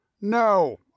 No